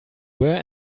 were